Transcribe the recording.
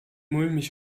mulmig